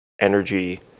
energy